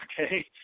okay